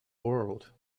world